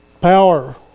power